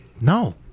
No